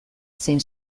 zein